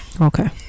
Okay